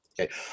okay